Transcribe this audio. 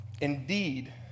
Indeed